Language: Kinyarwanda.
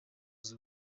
z’u